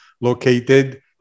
located